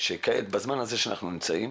שכעת בזמן הזה שאנחנו נמצאים,